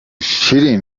cheating